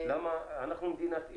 אנחנו מדינת אי,